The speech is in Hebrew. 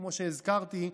כמו שהזכרתי,